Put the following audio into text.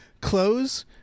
close